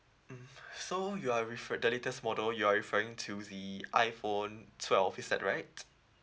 mm so you are referred the latest model you are referring to the iphone twelve is that right